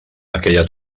aquella